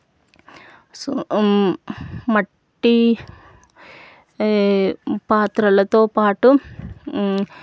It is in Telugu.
మట్టి పాత్రలతో పాటు